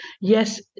yes